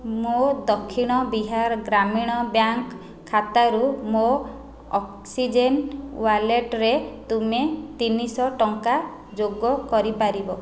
ମୋ ଦକ୍ଷିଣ ବିହାର ଗ୍ରାମୀଣ ବ୍ୟାଙ୍କ ଖାତାରୁ ମୋ ଅକ୍ସିଜେନ୍ ୱାଲେଟରେ ତୁମେ ତିନି ଶହ ଟଙ୍କା ଯୋଗ କରିପାରିବ